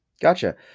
Gotcha